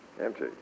Empty